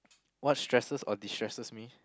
what stresses or destresses me